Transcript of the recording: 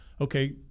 okay